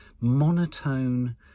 monotone